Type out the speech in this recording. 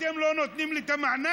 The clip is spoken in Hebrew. אתם לא נותנים לי את המענק,